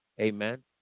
amen